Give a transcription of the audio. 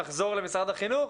נחזור למשרד החינוך.